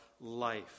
life